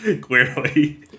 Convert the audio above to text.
Clearly